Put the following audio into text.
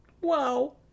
Wow